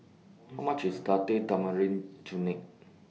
How much IS Date Tamarind Chutney